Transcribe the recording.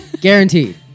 guaranteed